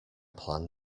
plan